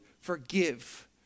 forgive